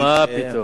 מה פתאום.